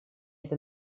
это